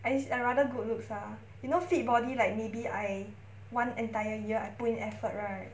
I just I rather good looks lah you know fit body like maybe I one entire year I put in effort right